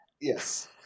Yes